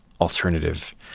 alternative